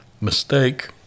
Mistake